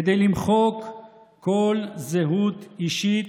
כדי למחוק כל זהות אישית,